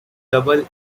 double